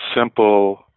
simple